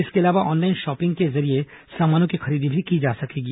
इसके अलावा online shopping के जरिए सामानों की खरीदी भी की जा सकेगी